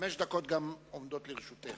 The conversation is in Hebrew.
חמש דקות עומדות לרשותך.